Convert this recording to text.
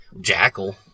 Jackal